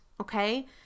okay